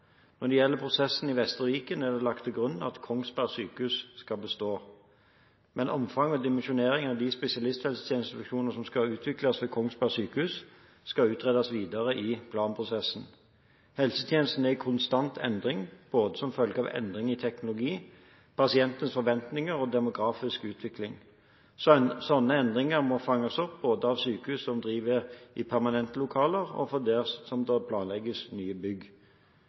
Når det gjelder prosessen i Vestre Viken, er det lagt til grunn at Kongsberg sykehus skal bestå. Men omfang og dimensjonering av de spesialisthelsetjenestefunksjonene som skal utvikles ved Kongsberg sykehus, skal utredes videre i planprosessen. Helsetjenesten er i konstant endring, både som følge av endringer i teknologi, pasientenes forventninger og demografisk utvikling. Slike endringer må fanges opp både av sykehus som driver i permanente lokaler, og der hvor det planlegges nye bygg.